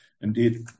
indeed